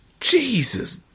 Jesus